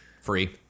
Free